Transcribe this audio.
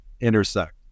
intersect